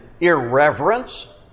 irreverence